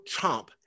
chomp